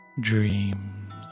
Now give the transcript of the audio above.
dreams